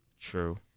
True